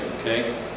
okay